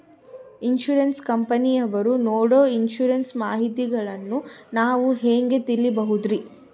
Insurance ಕಂಪನಿಯವರು ನೇಡೊ insurance ಮಾಹಿತಿಗಳನ್ನು ನಾವು ಹೆಂಗ ತಿಳಿಬಹುದ್ರಿ?